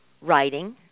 writing